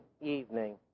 evening